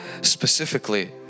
specifically